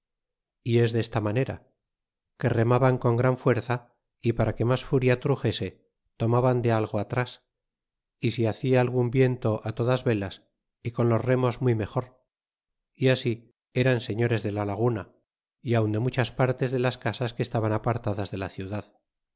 y es desta manera que remaban con gran fuerza y para que mes furia truxese tomaban de algo atras y si hacia algun viento todas velas y con los remos muy me or y así eran sern ores de la laguna y aun de muchas partvs de las casas que estaban apartadas de la ciudad